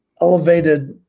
elevated